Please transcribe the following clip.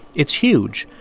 it's huge,